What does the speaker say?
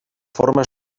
formes